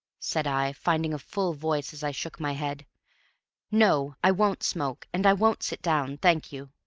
said i, finding a full voice as i shook my head no, i won't smoke, and i won't sit down, thank you.